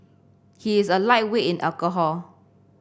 he is a lightweight in alcohol